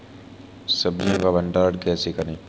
सब्जियों का भंडारण कैसे करें?